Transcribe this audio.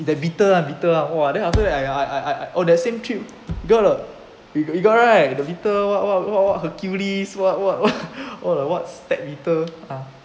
that beetle ah beetle ah !wah! then after that I I I I oh that same trip you got uh you you got right the beetle what what what what hercules what what what what what step beetle ah